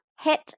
hit